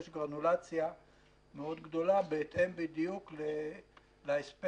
יש גרנולציה מאוד גדולה בהתאם בדיוק להספק